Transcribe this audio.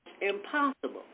impossible